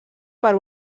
per